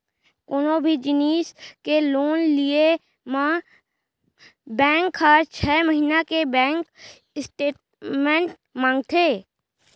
कोनों भी जिनिस के लोन लिये म बेंक हर छै महिना के बेंक स्टेटमेंट मांगथे